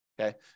okay